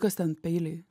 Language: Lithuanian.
kas ten peiliai